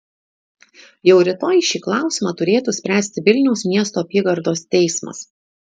jau rytoj šį klausimą turėtų spręsti vilniaus miesto apygardos teismas